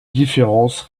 différence